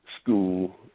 school